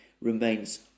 remains